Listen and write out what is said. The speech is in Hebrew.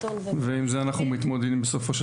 ועם זה אנחנו מתמודדים בסופו של דבר.